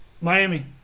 Miami